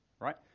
Right